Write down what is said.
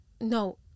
No